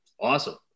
Awesome